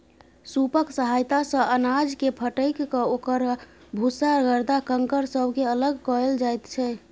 सूपक सहायता सँ अनाजकेँ फटकिकए ओकर भूसा गरदा कंकड़ सबके अलग कएल जाइत छै